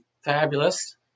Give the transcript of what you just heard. Fabulous